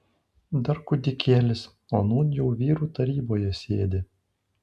dar kūdikėlis o nūn jau vyrų taryboje sėdi